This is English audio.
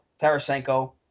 Tarasenko